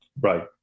Right